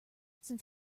since